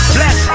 Bless